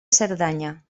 cerdanya